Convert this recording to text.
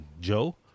Joe